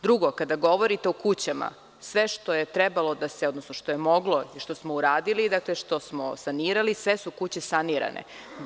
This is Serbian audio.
Drugo, kada govorite o kućama sve što je trebalo, odnosno što je moglo i što smo uradili, što smo sanirali, sve su kuće sanirane.